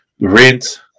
rent